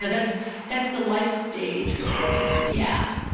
ah that's that's the lifestage you're supposed to be at.